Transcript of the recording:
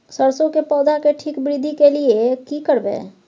सरसो के पौधा के ठीक वृद्धि के लिये की करबै?